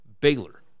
Baylor